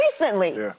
recently